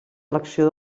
elecció